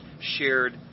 shared